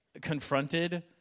confronted